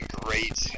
great